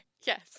Yes